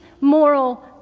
moral